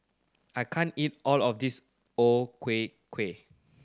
I can't eat all of this O Ku Kueh